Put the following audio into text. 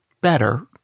better